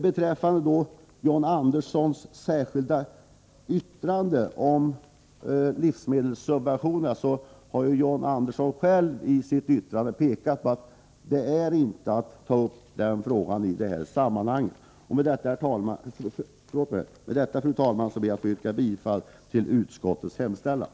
Beträffande John Anderssons särskilda yttrande när det gäller livsmedelssubventionerna vill jag påpeka att han själv i sitt yttrande framhållit att denna fråga inte bör tas upp i detta sammanhang. Med detta, fru talman, vill jag yrka bifall till jordbruksutskottets hemställan.